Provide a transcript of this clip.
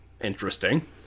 interesting